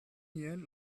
nien